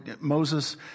Moses